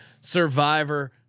Survivor